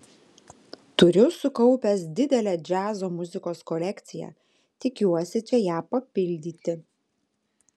turiu sukaupęs didelę džiazo muzikos kolekciją tikiuosi čia ją papildyti